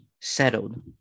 settled